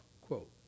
quote